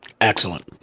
Excellent